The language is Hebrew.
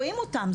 רואים אותם,